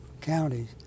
counties